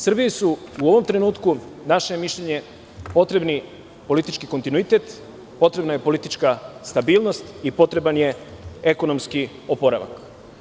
Srbiji su u ovom trenutku, naše mišljenje, potrebni politički kontinuitet, potrebna je politička stabilnost i potreban je ekonomski oporavak.